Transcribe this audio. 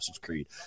creed